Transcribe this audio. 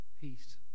Peace